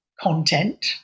content